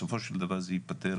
בסופו של דבר זה ייפתר.